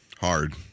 Hard